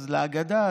להגדה,